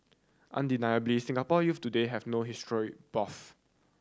undeniably Singaporean youths today have no history buff